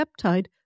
peptide